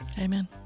Amen